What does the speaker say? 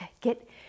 get